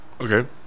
Okay